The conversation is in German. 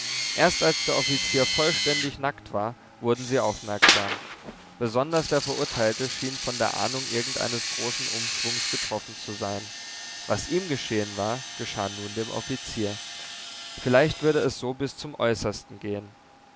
erst als der offizier vollständig nackt war wurden sie aufmerksam besonders der verurteilte schien von der ahnung irgendeines großen umschwungs getroffen zu sein was ihm geschehen war geschah nun dem offizier vielleicht würde es so bis zum äußersten gehen